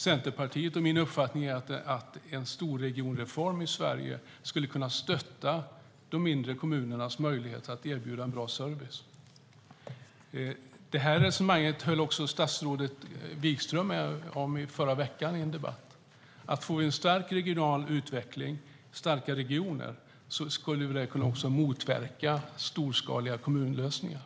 Centerpartiets och min uppfattning är att en storregionreform i Sverige skulle kunna stötta de mindre kommunernas möjligheter att erbjuda en bra service. Det resonemanget höll statsrådet Wikström med om i en debatt i förra veckan. Om vi får en stark regional utveckling och starka regioner skulle det motverka storskaliga kommunlösningar.